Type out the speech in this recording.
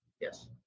Yes